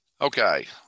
Okay